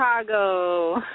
Chicago